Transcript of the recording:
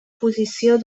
posició